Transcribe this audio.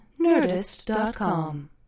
Nerdist.com